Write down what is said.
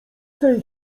tej